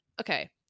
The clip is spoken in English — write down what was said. Okay